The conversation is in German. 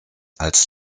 als